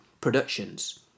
productions